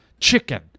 chicken